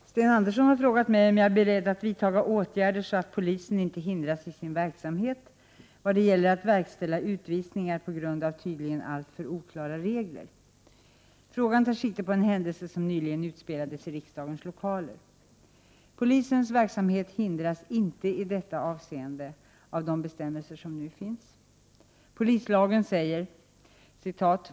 Herr talman! Sten Andersson i Malmö har frågat mig om jag är beredd att vidtaga åtgärder så att polisen inte hindras i sin verksamhet i vad det gäller att verkställa utvisningar på grund av tydligen alltför oklara regler. Frågan tar sikte på en händelse som nyligen utspelades i riksdagens lokaler. Polisens verksamhet hindras inte i detta avseende av de bestämmelser som nu finns.